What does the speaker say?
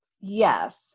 Yes